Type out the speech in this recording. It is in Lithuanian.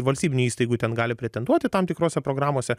valstybinių įstaigų ten gali pretenduoti tam tikrose programose